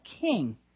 King